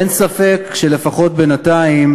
אין ספק שלפחות בינתיים,